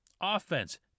offense